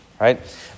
right